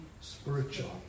spiritual